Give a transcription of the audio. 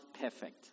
perfect